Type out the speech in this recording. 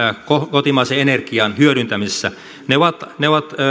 kotimaisen energian hyödyntämisessä ne ovat ne ovat